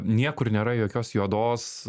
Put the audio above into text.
niekur nėra jokios juodos